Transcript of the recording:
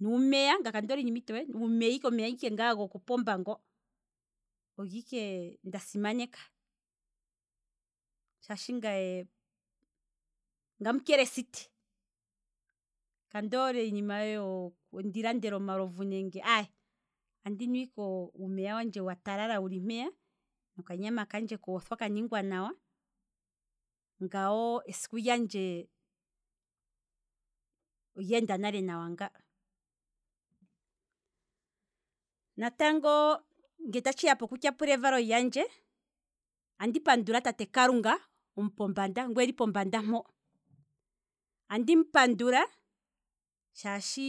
nuumeya, omeya ike ngaa goko pomba ngo, ogo ike nda zimaneka, shaashi ngaye omukelesiti, kandi hole iinima. ndi landelwe ike omalovu aye, andinu ike uumeya wandje wa talala wuli mpeya noka nyama kandje kafa kaningwa nawa, ngano esiku lyandje olyenda nale nawa nga, natango nge ta tshiya poku tyapula evalo lyandje, andi pandula tate kalunga omupombanda ngu eli pombanda mpo, andimu pandula shaashi